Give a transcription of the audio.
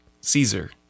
Caesar